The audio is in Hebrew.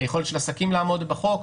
היכולת של עסקים לעמוד בחוק,